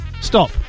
Stop